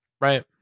right